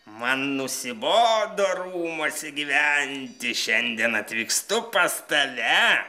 man nusibodo rūmuose gyventi šiandien atvykstu pas tave